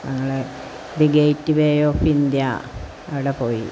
ഞങ്ങളെ the gateway of India അവിടെ പോയി